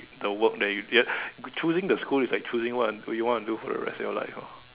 the work that you get choosing the school is like choosing what you want what you want to do in the rest of your life orh